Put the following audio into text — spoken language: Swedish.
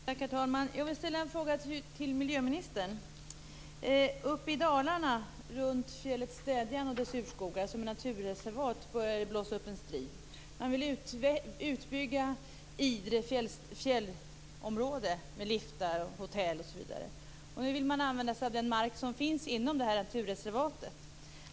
Herr talman! Jag vill ställa en fråga till miljöministern. Det börjar blåsa upp till strid uppe i Dalarna runt fjället Städjan och dess urskogar, som är naturreservat. Man vill bygga ut Idre fjällområde med liftar, hotell osv. Man vill använda den mark som finns inom naturreservatet.